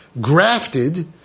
grafted